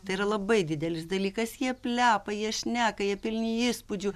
tai yra labai didelis dalykas jie plepa jie šneka jie pilni įspūdžių